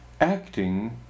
acting